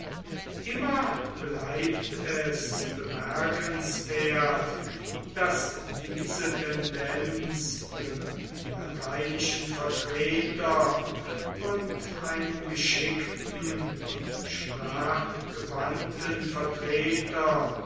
immer bleibt es bemerkenswert daß diese tendenz ihren lateinischen vertreter und einen geschickten und sprachgewandten vertreter